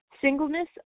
Singleness